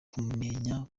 kumenya